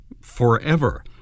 forever